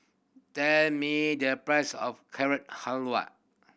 tell me the price of Carrot Halwa